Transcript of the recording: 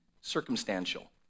circumstantial